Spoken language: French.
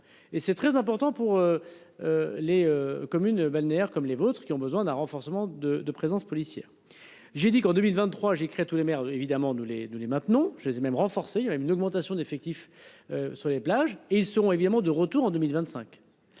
et c'est très important pour. Les communes balnéaires comme les vôtres qui ont besoin d'un renforcement de de présence policière. J'ai dit qu'en 2023 j'ai écrit à tous les maires évidemment nous les, nous les maintenant je les ai même renforcé. Il y avait une augmentation d'effectifs. Sur les plages et ils seront évidemment de retour en 2025.